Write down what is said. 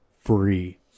free